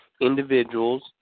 individuals